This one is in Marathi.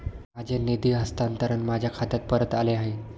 माझे निधी हस्तांतरण माझ्या खात्यात परत आले आहे